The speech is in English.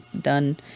done